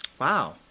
Wow